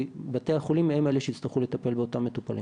כי בתי החולים הם אלה שיצטרכו לטפל באותם מטופלים,